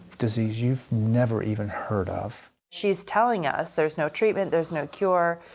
disease youve never even heard of. shes telling us, theres no treatment. theres no cure.